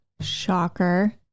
Shocker